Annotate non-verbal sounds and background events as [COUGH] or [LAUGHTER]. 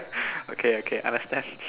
[NOISE] okay okay understand